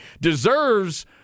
Deserves